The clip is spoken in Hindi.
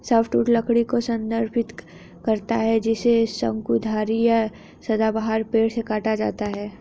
सॉफ्टवुड लकड़ी को संदर्भित करता है जिसे शंकुधारी या सदाबहार पेड़ से काटा गया है